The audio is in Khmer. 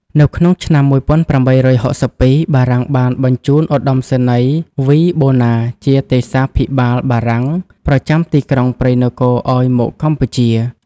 នៅក្នុងឆ្នាំ ១៨៦២បារាំងបានបញ្ជូនឧត្តមនាវីបូណា ជាទេសាភិបាលបារាំងប្រចាំទីក្រុងព្រៃនគរ ឲ្យមកកម្ពុជា។